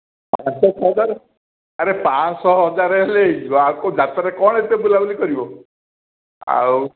ପାଞ୍ଚଶହ ହଜାର ଆରେ ପାଞ୍ଚଶହ ହଜାର ହେଲେ ହୋଇଯିବ ଆଉ କ'ଣ ଯାତ୍ରାରେ କ'ଣ ଏତେ ବୁଲା ବୁଲି କରିବ ଆଉ